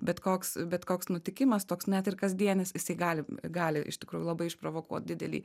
bet koks bet koks nutikimas toks net ir kasdienis jisai gali gali iš tikrųjų labai išprovokuot didelį